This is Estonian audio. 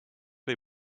või